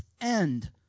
end